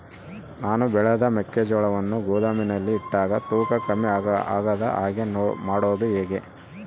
ನಾನು ಬೆಳೆದ ಮೆಕ್ಕಿಜೋಳವನ್ನು ಗೋದಾಮಿನಲ್ಲಿ ಇಟ್ಟಾಗ ತೂಕ ಕಮ್ಮಿ ಆಗದ ಹಾಗೆ ಮಾಡೋದು ಹೇಗೆ?